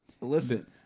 Listen